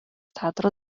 teatro